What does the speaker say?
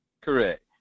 Correct